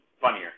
funnier